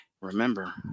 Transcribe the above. Remember